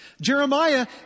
Jeremiah